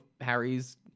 harry's